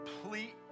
complete